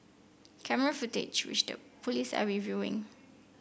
camera footage which the police are reviewing